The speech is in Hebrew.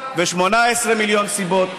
ו-17 מיליון סיבות,